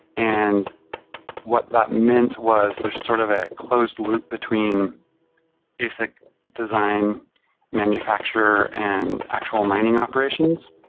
and what that meant was there's sort of a closed loop between asic design manufacture and actual mining operations,